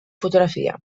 fotografia